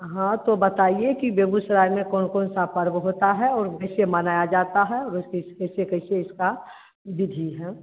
हाँ तो बताइए कि बेगूसराय में कौन कौन सा पर्व होता है और कैसे मनाया जाता है और कैसे कैसे इसका विधि है